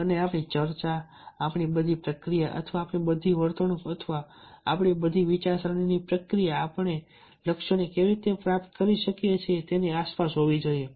અને આપણી ચર્ચા આપણી બધી પ્રક્રિયા અથવા બધી વર્તણૂક અથવા બધી વિચારસરણીની પ્રક્રિયા આપણે તે લક્ષ્યને કેવી રીતે પ્રાપ્ત કરી શકીએ તેની આસપાસ હોવી જોઈએ